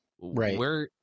Right